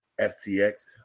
FTX